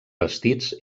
vestits